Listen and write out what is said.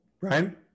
brian